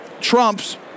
trumps